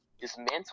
dismantle